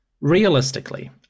Realistically